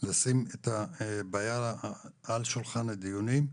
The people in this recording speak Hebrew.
לשים את הבעיה על שולחן הדיונים,